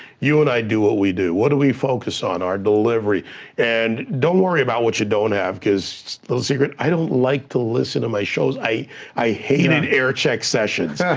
you and i do what we do. what do we focus on, our delivery and don't worry about what you don't have cause a little secret, i don't like to listen to my shows. i i hated air check sessions.